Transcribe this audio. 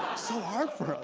so hard for